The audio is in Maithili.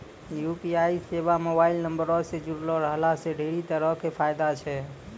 यू.पी.आई सेबा मोबाइल नंबरो से जुड़लो रहला से ढेरी तरहो के फायदा छै